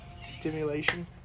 Stimulation